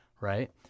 right